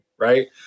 right